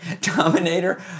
dominator